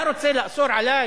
אתה רוצה לאסור עלי